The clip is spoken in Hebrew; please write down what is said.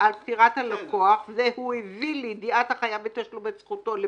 לקרוא מודעות אבל.